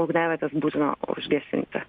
ugniavietes būtina užgesinti